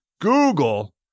Google